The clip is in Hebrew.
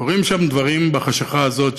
קורים שם דברים בחשכה הזאת,